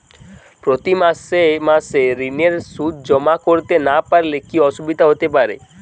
প্রতি মাসে মাসে ঋণের সুদ জমা করতে না পারলে কি অসুবিধা হতে পারে?